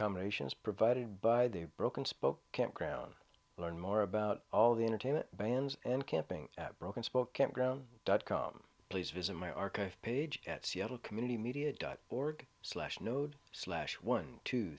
combinations provided by the broken spoke campground learn more about all the entertainment vans and camping at broken spoke campground dot com please visit my archive page at seattle community media dot org slash node slash one two